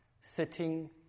sitting